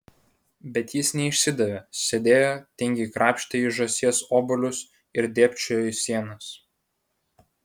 bet jis neišsidavė sėdėjo tingiai krapštė iš žąsies obuolius ir dėbčiojo į sienas